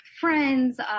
Friends